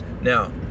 Now